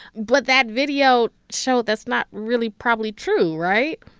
but that video showed that's not really probably true, right?